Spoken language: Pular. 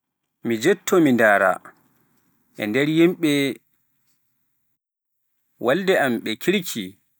Mi jettoo mi daara, e nder yimɓe waalde am ɓe kirki.